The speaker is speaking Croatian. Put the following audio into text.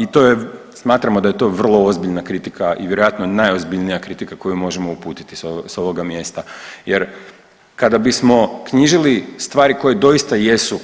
I to je, smatramo da je to vrlo ozbiljna kritika i vjerojatno najozbiljnija kritika koju možemo uputiti s ovoga mjesta jer kada bismo knjižili stvari koje doista jesu